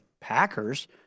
Packers